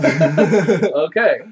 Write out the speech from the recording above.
Okay